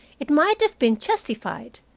it might have been justified.